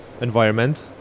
environment